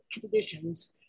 conditions